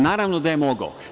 Naravno da je mogao.